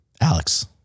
Alex